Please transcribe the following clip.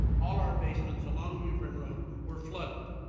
all our basements along mewburn road were flooded.